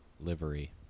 Livery